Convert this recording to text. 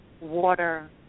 water